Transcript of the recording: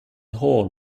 horn